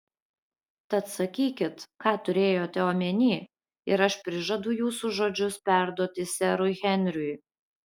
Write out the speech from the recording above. tad sakykit ką turėjote omenyje ir aš prižadu jūsų žodžius perduoti serui henriui